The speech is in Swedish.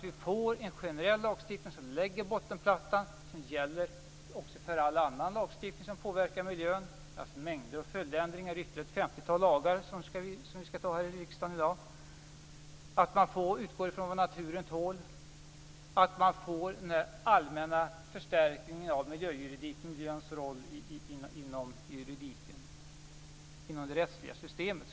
Vi får en generell lagstiftning som lägger bottenplattan och som också gäller för all annan lagstiftning som påverkar miljön - det är mängder av följdändringar i ytterligare ett femtiotal lagar som vi skall anta här i riksdagen i dag. Vi utgår från vad naturen tål. Vi får en allmän förstärkning av miljöjuridikens roll inom det rättsliga systemet.